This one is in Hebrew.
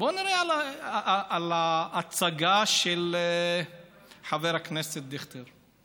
בואו נראה את ההצגה של חבר הכנסת דיכטר.